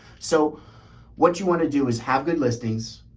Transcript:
so what you want to do is have good listings,